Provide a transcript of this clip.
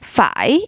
Phải